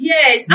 Yes